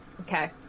Okay